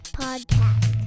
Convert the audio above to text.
podcast